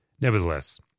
Nevertheless